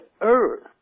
earth